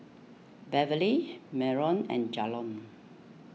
Beverley Marion and Jalon